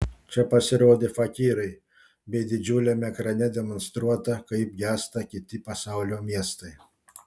čia pasirodė fakyrai bei didžiuliame ekrane demonstruota kaip gęsta kiti pasaulio miestai